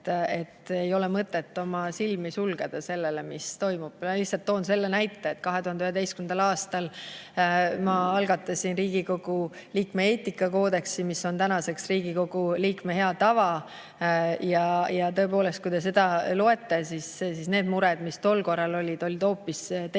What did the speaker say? Ei ole mõtet oma silmi sulgeda selle ees, mis toimub. Lihtsalt toon selle näite, et 2011. aastal ma algatasin Riigikogu liikme eetikakoodeksi, mis on tänaseks Riigikogu liikme hea tava. Ja kui te seda loete, siis need mured, mis tol korral olid, olid hoopis teised,